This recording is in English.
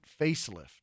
facelift